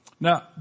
Now